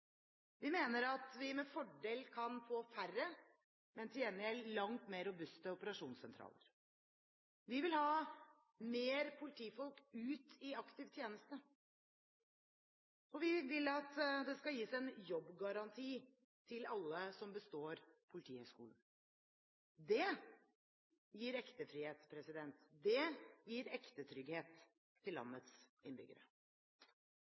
Vi mener at vi med fordel kan få færre, men til gjengjeld langt mer robuste operasjonssentraler. Vi vil ha mer politifolk ut i aktiv tjeneste, og vi vil at det skal gis en jobbgaranti til alle som består Politihøgskolen. Det gir ekte frihet, det gir ekte trygghet til landets innbyggere.